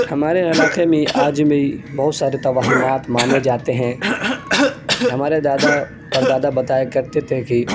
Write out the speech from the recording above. ہمارے علاقے میں آج بھی بہت سارے تواہمات مانے جاتے ہیں ہمارے دادا پردادا بتایا کرتے تھے کہ